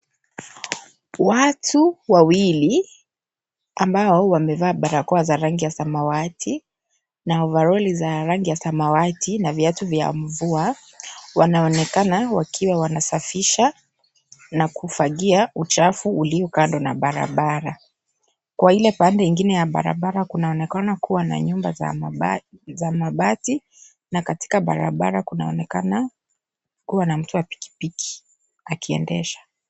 Watu wawili, ambao wamevaa barakoa za rangi ya samawati na ovaroli za rangi ya samawati na viatu vya mvua, wanaonekana wakiwa wanasafisha, na kufagia uchafu ulio kando na barabara. Kwa ile pande ingine ya barabara kunaonekana kuwa na nyumba za mabati, na katika barabara kunaonekana kuwa na mtu wa pikipiki, akiendesha.